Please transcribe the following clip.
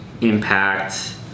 impact